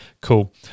Cool